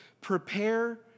Prepare